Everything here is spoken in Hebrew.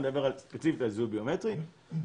אני מדבר ספציפי על זיהוי ביומטרי ולכן,